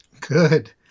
good